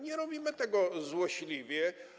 Nie robimy tego złośliwie.